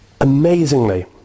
Amazingly